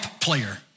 player